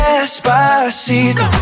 Despacito